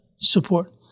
support